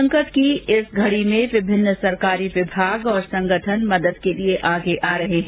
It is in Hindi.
संकट की इस घड़ी में विभिन्न सरकारी विभाग तथा संगठन भी मदद के लिए आगे आ रहे हैं